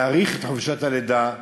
הארכת חופשת הלידה.